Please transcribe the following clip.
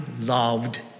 loved